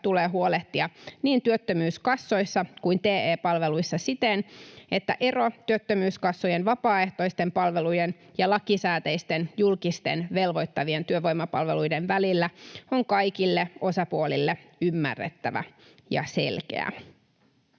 tulee huolehtia niin työttömyyskassoissa kuin TE-palveluissa siten, että ero työttömyyskassojen vapaaehtoisten palvelujen ja lakisääteisten julkisten velvoittavien työvoimapalveluiden välillä on kaikille osapuolille ymmärrettävä ja selkeä.